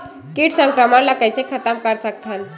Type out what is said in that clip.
कीट संक्रमण ला कइसे खतम कर सकथन?